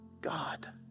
God